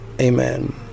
Amen